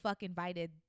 invited